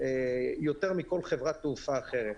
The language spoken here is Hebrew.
יותר מכל חברת תעופה אחרת.